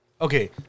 Okay